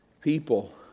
People